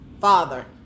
father